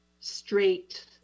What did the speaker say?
straight